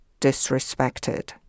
disrespected